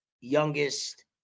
youngest